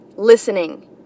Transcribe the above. Listening